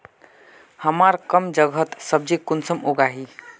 हमार कम जगहत सब्जी कुंसम उगाही?